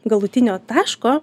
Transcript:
galutinio taško